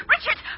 Richard